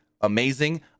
amazing